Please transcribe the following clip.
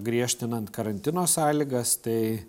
griežtinant karantino sąlygas tai